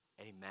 Amen